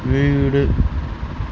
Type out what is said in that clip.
வீடு